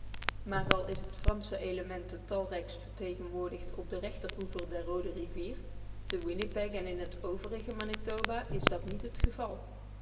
maar al is het fransche element het talrijkst vertegenwoordigd op den rechteroever der roode rivier te winnipeg en in t overige manitoba is dat niet het geval